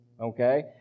okay